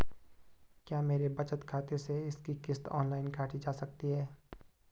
क्या मेरे बचत खाते से इसकी किश्त ऑनलाइन काटी जा सकती है?